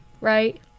right